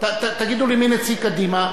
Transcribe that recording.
תגידו לי מי נציג קדימה.